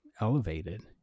elevated